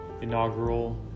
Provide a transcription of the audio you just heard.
inaugural